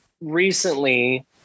recently